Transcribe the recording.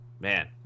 man